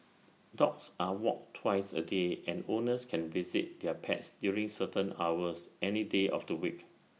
dogs are walked twice A day and owners can visit their pets during certain hours any day of the week